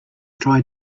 trying